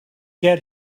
get